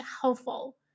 helpful